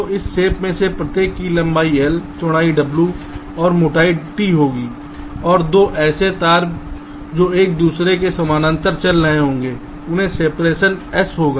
तो इस शेप में से प्रत्येक की लंबाई l चौड़ाई w और मोटाई t होगी और 2 ऐसे तार जो एक दूसरे के समानांतर चल रहे होंगे उनमें सेपरेशन s होगा